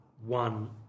one